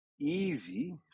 easy